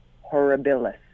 horribilis